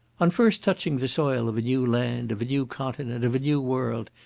on first touching the soil of a new land, of a new continent, of a new world,